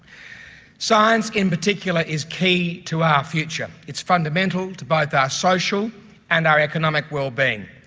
science in particular is key to our future. it's fundamental to both our social and our economic well-being.